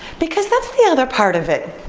because that's the other part of it.